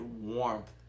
warmth